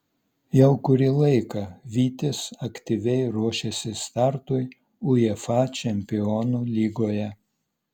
jau kurį laiką vytis aktyviai ruošiasi startui uefa čempionų lygoje